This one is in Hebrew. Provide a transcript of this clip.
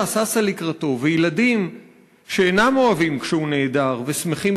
הששה לקראתו/ וילדים/ שאינם אוהבים כשהוא נעדר/ ושמחים